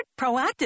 Proactive